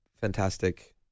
fantastic